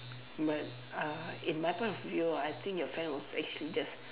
but uh in my point of view ah I think your friend was actually just